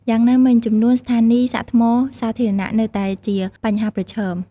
យ៉ាងណាមិញ ចំនួនស្ថានីយ៍សាកថ្មសាធារណៈនៅតែជាបញ្ហាប្រឈម។